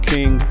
King